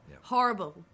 Horrible